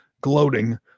gloating